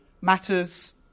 matters